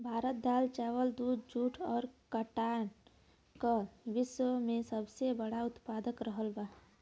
भारत दाल चावल दूध जूट और काटन का विश्व में सबसे बड़ा उतपादक रहल बा